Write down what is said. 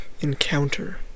encounter